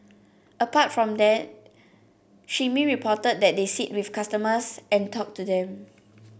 apart from that Shin Min reported that they sit with customers and talk to them